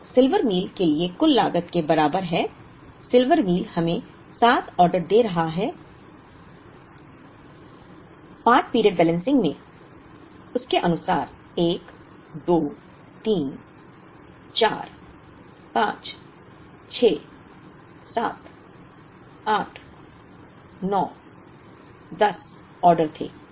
तो silver mill के लिए कुल लागत के बराबर है सिल्वर मील हमें 7 ऑर्डर दे रहा है के अनुसार पार्ट पीरियड बैलेंसिंग में 1 2 3 4 5 6 7 8 9 10 ऑर्डर थे